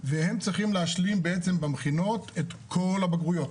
והם צריכים להשלים בעצם במכינות את כל הבגרויות